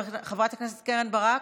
חברת הכנסת קרן ברק,